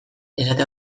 esate